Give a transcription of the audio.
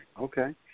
Okay